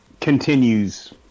continues